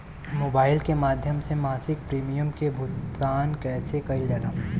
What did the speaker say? Mobile के माध्यम से मासिक प्रीमियम के भुगतान कैसे कइल जाला?